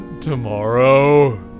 tomorrow